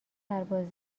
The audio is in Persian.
رفته